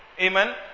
Amen